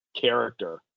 character